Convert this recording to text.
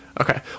Okay